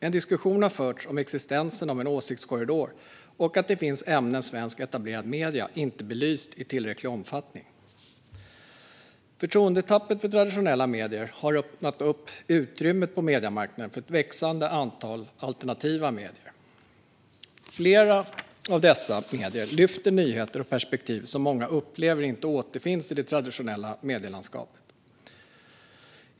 En diskussion har förts om existensen av en åsiktskorridor och om att det finns ämnen som svenska etablerade medier inte har belyst i tillräcklig omfattning. Förtroendetappet för traditionella medier har öppnat upp utrymme på mediemarknaden för ett växande antal alternativa medier. Flera av dessa medier lyfter nyheter och perspektiv som många upplever inte återfinns i det traditionella medielandskapet.